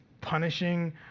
punishing